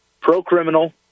pro-criminal